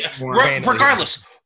Regardless